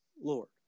Lord